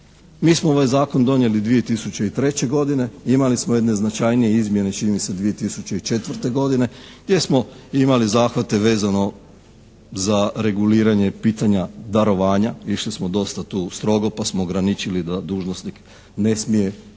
Mi smo ovaj zakon donijeli 2003. godine. Imali smo jedne značajnije izmjene čini mi se 2004. godine gdje smo imali zahvate vezano za reguliranje pitanja darovanja, išli smo dosta tu strogo pa smo ograničili da dužnosnik ne smije primiti